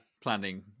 planning